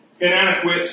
inadequate